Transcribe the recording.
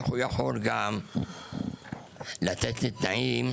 גם להציב לי תנאים.